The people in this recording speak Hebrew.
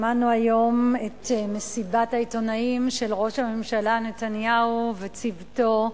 שמענו היום את מסיבת העיתונאים של ראש הממשלה נתניהו וצוותו,